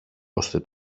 ώστε